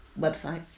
website